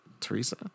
Teresa